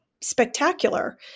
spectacular